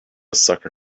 sucker